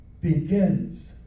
begins